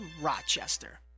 Rochester